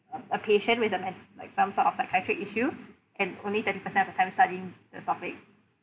a a patient with a men~ like some sort of psychiatric issue and only thirty percent of the time studying the topic